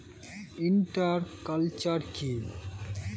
Inter culture কি?